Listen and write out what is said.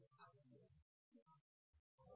प्रथम डायग्राम पाहू